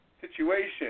situation